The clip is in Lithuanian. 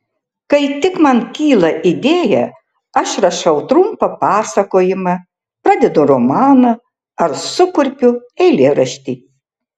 kai tik man kyla idėja aš rašau trumpą pasakojimą pradedu romaną ar sukurpiu eilėraštį